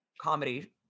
comedy